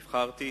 נבחרתי,